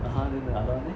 (uh huh) then